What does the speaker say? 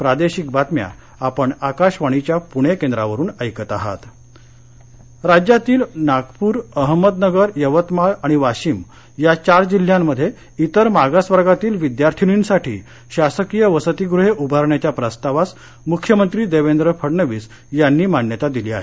ओवीसी वसतिगहे राज्यातील नागपूर अहमदनगर यवतमाळ आणि वाशिम या चार जिल्ह्यांत इतर मागास वर्गातील विद्यार्थिनींसाठी शासकीय वसतिगृहे उभारण्याच्या प्रस्तावास मुख्यमंत्री देवेंद्र फडणवीस यांनी मान्यता दिली आहे